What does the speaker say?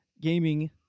Gaming